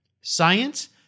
science